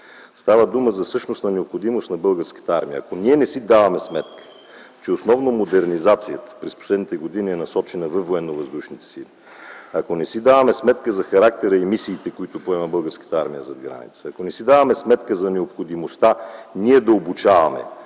Става дума за същностна необходимост на Българската армия. Ако ние не си даваме сметка, че основно модернизацията през последните години е насочена във Военновъздушните сили, ако не си даваме сметка за характера и мислите, които поема Българската армия зад граница, ако не си даваме сметка за необходимостта ние да обучаваме